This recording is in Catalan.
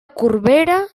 corbera